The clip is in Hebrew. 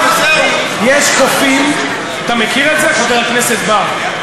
עכשיו, יש קופים, אתה מכיר את זה, חבר הכנסת בר?